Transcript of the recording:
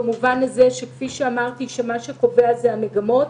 במובן הזה שכפי שאמרתי מה שקובע זה המגמות.